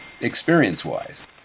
experience-wise